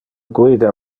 guida